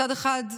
מצד אחד,